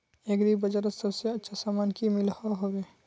Agri बजारोत सबसे अच्छा सामान की मिलोहो होबे?